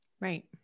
right